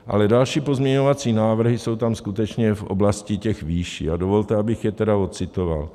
Ale další pozměňovací návrhy jsou tam skutečně v oblasti těch výší a dovolte, abych je tedy odcitoval.